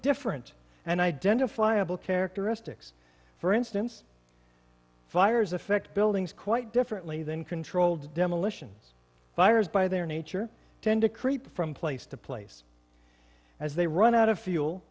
characteristics for instance fires affect buildings quite differently than controlled demolition fires by their nature tend to creep from place to place as they run out of fuel